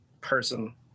person